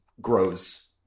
grows